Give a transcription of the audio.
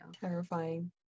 Terrifying